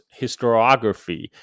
historiography